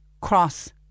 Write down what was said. cross